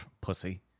pussy